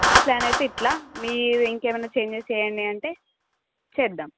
నా ప్లాన్ అయితే ఇట్లా మీరు ఇంకా ఏమన్నా చేంజెస్ చేయండీ అంటే చేద్దాం